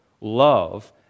love